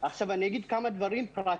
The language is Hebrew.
אני אגיד כמה דברים פרקטיים.